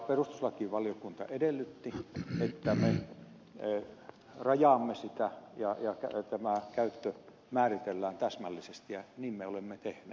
perustuslakivaliokunta edellytti että me rajaamme sitä ja tämä käyttö määritellään täsmällisesti ja niin me olemme tehneet